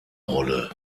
rolle